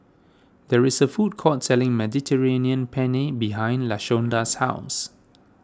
there is a food court selling Mediterranean Penne behind Lashonda's house